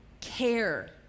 care